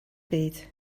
byd